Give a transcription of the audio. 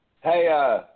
Hey